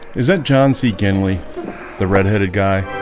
is that john see ken lee the redheaded guy?